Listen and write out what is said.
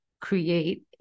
create